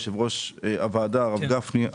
יושב-ראש הוועדה הרב גפני,